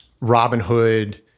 Robinhood